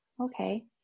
Okay